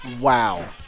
Wow